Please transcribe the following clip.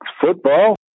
football